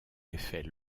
effet